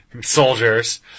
soldiers